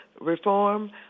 Reform